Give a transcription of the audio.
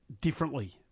differently